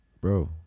Bro